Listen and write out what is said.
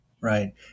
right